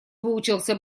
выучился